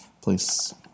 Please